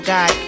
God